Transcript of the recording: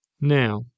Now